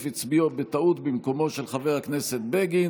הצביע בטעות במקומו של חבר הכנסת בגין.